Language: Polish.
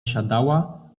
siadała